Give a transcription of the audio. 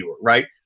right